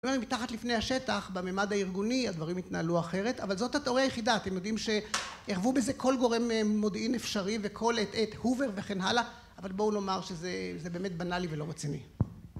מתחת לפני השטח, בממד הארגוני, הדברים התנהלו אחרת, אבל זאת התיאוריה היחידה, אתם יודעים שערבו בזה כל גורם מודיעין אפשרי וכל.. את הובר וכן הלאה, אבל בואו נאמר שזה באמת בנאלי ולא רציני.